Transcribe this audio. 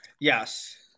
Yes